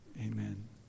Amen